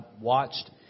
watched